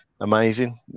amazing